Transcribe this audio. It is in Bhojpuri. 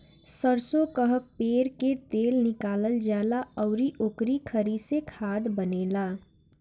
सरसो कअ पेर के तेल निकालल जाला अउरी ओकरी खरी से खाद बनेला